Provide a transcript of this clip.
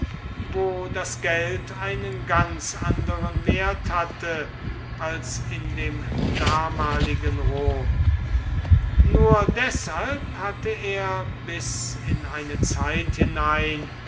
wo das geld einen ganz anderen wert hatte als in dem damaligen rom nur deshalb hatte er bis in eine zeit hinein